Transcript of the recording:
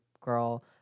girl